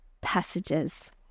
passages